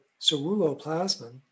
ceruloplasmin